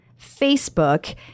Facebook